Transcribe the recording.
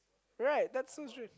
right that's so strange